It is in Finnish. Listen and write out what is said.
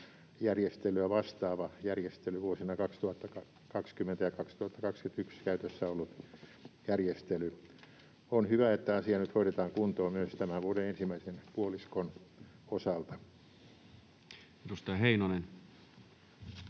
käytössä ollutta järjestelyä vastaava järjestely. On hyvä, että asia nyt hoidetaan kuntoon myös tämän vuoden ensimmäisen puoliskon osalta. Edustaja Heinonen.